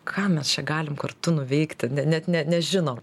ką mes čia galim kartu nuveikti net ne nežino